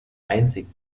einzigen